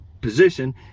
position